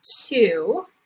two